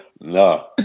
no